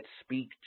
speak